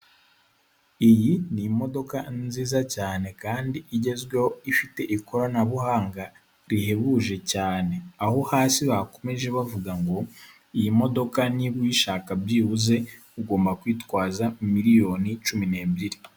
Iyi ni imodoka nziza cyane kandi igezweho, ifite ikoranabuhanga rihebuje cyane, aho hasi bakomeje bavuga ngo iyi modoka niba uyishaka byibuze ugomba kwitwaza miliyoni cumi n'ebyiri.